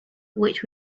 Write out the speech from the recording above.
which